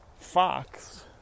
fox